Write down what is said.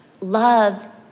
love